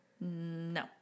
No